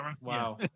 Wow